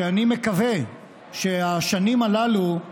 שאני מקווה שהשנים הללו,